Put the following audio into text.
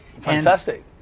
Fantastic